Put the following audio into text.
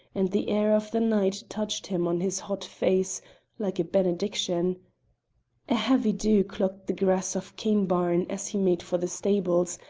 and the air of the night touched him on his hot face like a benediction. a heavy dew clogged the grass of cairnbaan as he made for the stables,